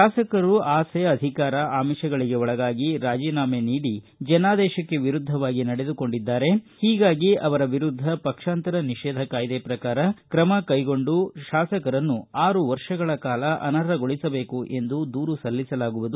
ಶಾಸಕರು ಆಸೆ ಅಧಿಕಾರ ಆಮಿಷಗಳಿಗೆ ಒಳಗಾಗಿ ರಾಜಿನಾಮೆ ನೀಡಿ ಜನಾದೇಶಕ್ಕೆ ವಿರುದ್ದವಾಗಿ ನಡೆದುಕೊಂಡಿದ್ದಾರೆ ಹೀಗಾಗಿ ಅವರ ವಿರುದ್ಧ ಪಕ್ಷಾಂತರ ನಿಷೇಧ ಕಾಯ್ದೆ ಪ್ರಕಾರ ಕ್ರಮ ಕೈಗೊಂಡು ಶಾಸಕರನ್ನು ಆರು ವರ್ಷಗಳ ಕಾಲ ಅನರ್ಹಗೊಳಿಸಬೇಕು ಎಂದು ದೂರು ಸಲ್ಲಿಸಲಾಗುವುದು